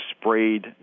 sprayed